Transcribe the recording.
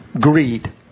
Greed